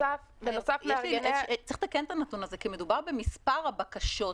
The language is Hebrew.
צריך לתקן את הנתון הזה כי מדובר במספר הבקשות.